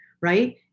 right